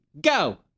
Go